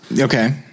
Okay